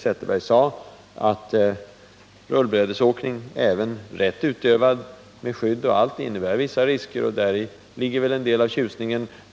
Zetterberg sade innebär naturligtvis rullbrädesåkningen vissa risker även rätt utövad, med skydd och allt, och däri ligger väl en del av tjusningen.